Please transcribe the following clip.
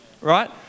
right